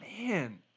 Man